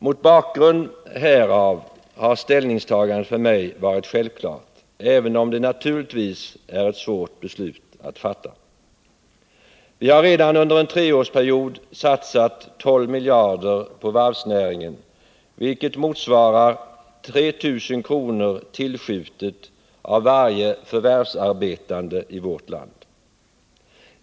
Mot bakgrund härav har ställningstagandet för mig varit självklart, även om det naturligtvis är ett svårt beslut att fatta. Vi har redan under en treårsperiod satsat 12 miljarder på varvsnäringen, vilket motsvarar 3 000 kr. tillskjutet av varje förvärvsarbetande i vårt land.